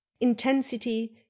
Intensity